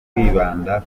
kwibanda